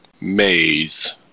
maze